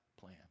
plan